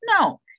No